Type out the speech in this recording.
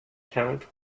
count